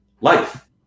life